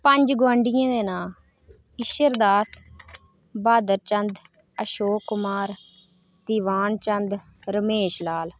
पंज गोआंढियें दे नांऽ इशर दास बहादर चंद अशोक कुमार दीवान चंद रमेश लाल